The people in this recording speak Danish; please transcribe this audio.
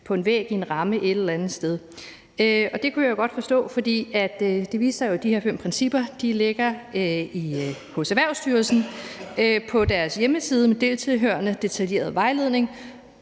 på en væg et eller andet sted. Det kunne jeg godt forstå, for det viste sig jo, at de her fem principper ligger hos Erhvervsstyrelsen på deres hjemmeside med en dertil hørende detaljeret vejledning.